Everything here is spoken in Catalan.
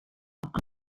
amb